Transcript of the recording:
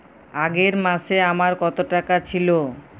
আগের মাসে আমার কত টাকা ছিল?